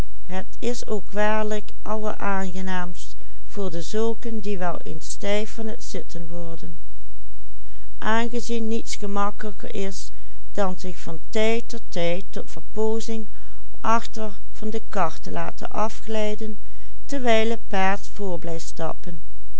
zitten worden aangezien niets gemakkelijker is dan zich van tijd tot tijd tot verpoozing achter van de kar te laten afglijden terwijl het paard voort blijft stappen